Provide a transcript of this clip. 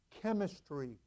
chemistry